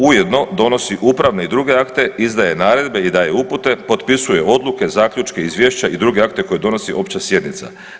Ujedno donosi upravne i druge akte, izdaje naredbe i daje upute, potpisuje odluke, zaključke, izvješća i druge akte koje donosi Opća sjednica.